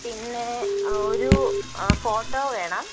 പിന്നെ ഒരു ഫോട്ടോ വേണം